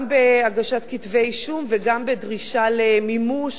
גם בהגשת כתבי אישום וגם בדרישה למימוש